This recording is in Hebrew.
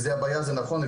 והבעיה הזאת נכונה,